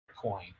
Coin